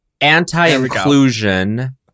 anti-inclusion